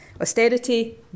austerity